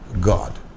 God